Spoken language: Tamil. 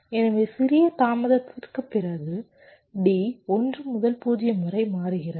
எனவே சிறிய தாமதத்திற்குப் பிறகு D 1 முதல் 0 வரை மாறுகிறது